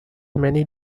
many